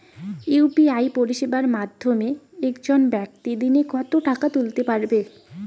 UPI পরিষেবার মাধ্যমে একজন ব্যাক্তি দিনে কত টাকা তুলতে পারবে?